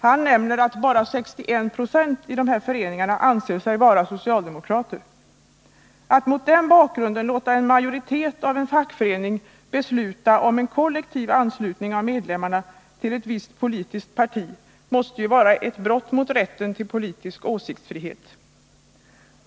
Han nämner att bara 61 960 av medlemmarna i dessa föreningar anser sig vara socialdemokrater. Att mot den bakgrunden låta en majoritet av en fackförening besluta om en kollektiv anslutning av medlemmarna till ett visst politiskt parti måste ju vara ett brott mot rätten till politisk åsiktsfrihet.